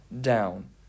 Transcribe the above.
down